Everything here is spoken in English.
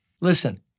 Listen